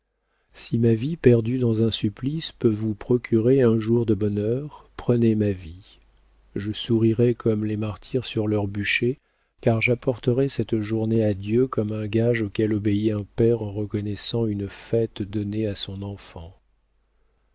si ma vie perdue dans un supplice peut vous procurer un jour de bonheur prenez ma vie je sourirai comme les martyrs sur leurs bûchers car j'apporterai cette journée à dieu comme un gage auquel obéit un père en reconnaissant une fête donnée à son enfant